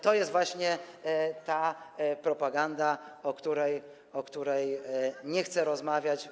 To jest właśnie ta propaganda, o której nie chcę rozmawiać.